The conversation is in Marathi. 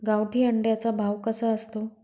गावठी अंड्याचा भाव कसा असतो?